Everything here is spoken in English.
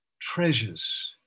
treasures